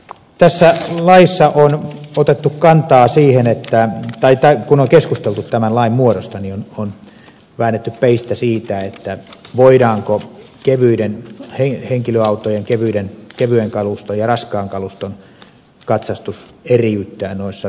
q tässä lajissa on otettu kantaa siihen että taitaa kun on keskusteltu tämän lain muodosta on väännetty peistä siitä voidaanko kevyen kaluston ja raskaan kaluston katsastus eriyttää noissa toimilupaehdoissa